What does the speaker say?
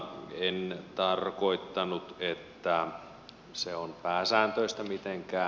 en tarkoittanut että se on pääsääntöistä mitenkään